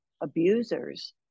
abusers